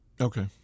Okay